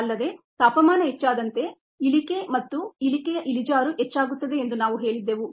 ಅಲ್ಲದೆ ತಾಪಮಾನ ಹೆಚ್ಚಾದಂತೆ ಇಳಿಕೆ ಮತ್ತು ಇಳಿಕೆಯ ಸ್ಲೋಪ್ ಹೆಚ್ಚಾಗುತ್ತದೆ ಎಂದು ನಾವು ಹೇಳಿದ್ದೇವೆ